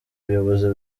ubuyobozi